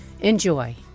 Enjoy